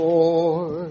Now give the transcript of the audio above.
Lord